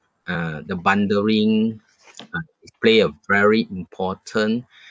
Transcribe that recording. uh the bundling ah is play a very important